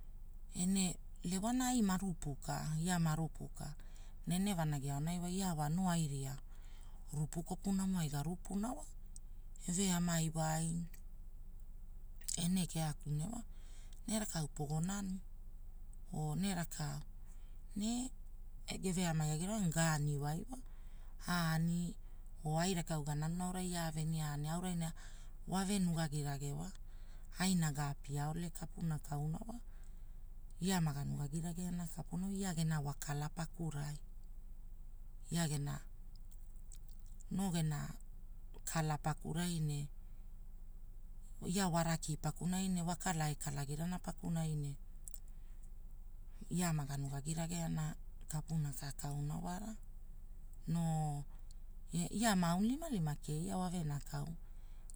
iewana ai marupu ka ia marupu ka, nene vanagi aonai ia noo ai, ria rupu kopunamo ai garupuna wa. Eve amai wai. Ene kea kune wa, ne rakau pogo nanu, oo nee rakau? Ne, geve amai agirawai ne ganiwai wa, aani oo ai rakau gananuna aura ia aavenia aari, auraina, wave nugagirage wa, aina gapia ole kapuna kauna wa. Ia maga nugagi rageana ia gena wakala pakurai, ia gena, noo gena, kalaa pakurai ne, ia wa raki pakunaine wa kala ekalagi nanai pakunaine, ia maga nugagi rageana, kapuna ka kauna wara. Noo, e ia ma aunilimalima keia wa venekau,